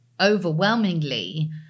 overwhelmingly